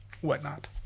whatnot